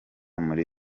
muri